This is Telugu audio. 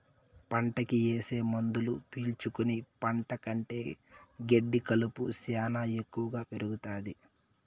పంటకి ఏసే మందులు పీల్చుకుని పంట కంటే గెడ్డి కలుపు శ్యానా ఎక్కువగా పెరుగుతాది